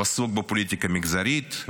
הוא עסוק בפוליטיקה מגזרית,